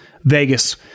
Vegas